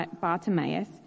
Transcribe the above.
Bartimaeus